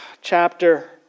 chapter